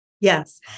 Yes